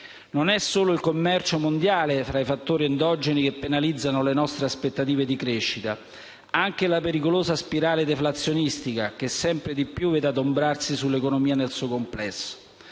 Non è solo il commercio mondiale tra i fattori endogeni che penalizzano le nostre aspettative di crescita: anche la pericolosa spirale deflazionistica che sempre di più va ad adombrare l'economia nel suo complesso.